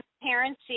transparency